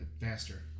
faster